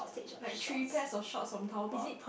like three pairs of shorts from Taobao